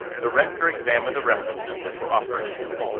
the rector examined the references which were offered to him,